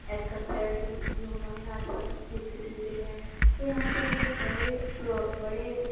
is compare to جو ہمارے آس پاس اسٹیٹس سٹویٹیڈ ہے تو یہاں پہ جو ہے بڑے پرو بڑے